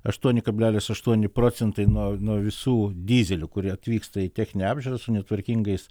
aštuoni kablelis aštuoni procentai nuo nuo visų dyzelių kurie atvyksta į techninę apžiūrą su netvarkingais